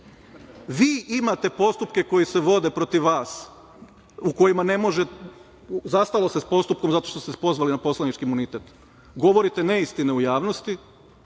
Vi imate postupke koji se vode protiv vas, zastalo se sa postupkom zato što ste se pozvali na poslanički imunitet. Govorite neistine u javnosti,